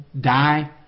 die